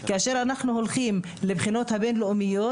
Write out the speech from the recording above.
כאשר אנחנו הולכים לבחינות הבין-לאומיות,